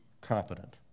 confident